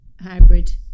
hybrid